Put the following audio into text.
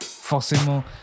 forcément